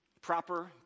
proper